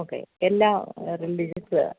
okay എല്ലാ religious